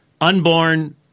Unborn